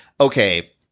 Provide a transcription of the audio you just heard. okay